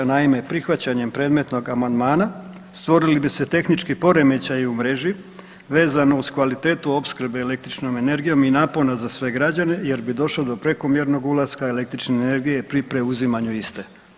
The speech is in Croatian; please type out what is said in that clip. Naime, prihvaćanjem predmetnom amandmana stvorili bi se tehnički poremećaji u mreži vezano uz kvalitetu opskrbe električnom energijom i napona za sve građane jer bi došlo do prekomjernog ulaska električne energije pri preuzimanju iste.